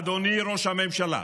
אדוני ראש הממשלה,